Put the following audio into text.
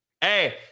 Hey